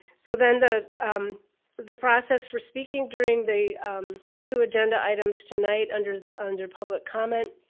so then the the process for speaking during the the two agenda items tonight under under public comment